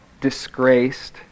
disgraced